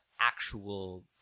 actual